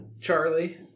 Charlie